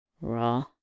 Raw